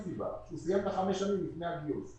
אם, למשל, הוא סיים את החמש שנים לפני הגיוס.